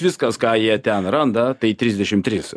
viskas ką jie ten randa tai trisdešim tris